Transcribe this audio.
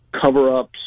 cover-ups